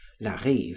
Larive